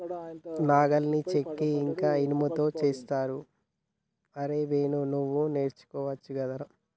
నాగలిని చెక్క ఇంక ఇనుముతో చేస్తరు అరేయ్ వేణు నువ్వు నేర్చుకోవచ్చు గదరా